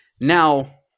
Now